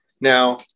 now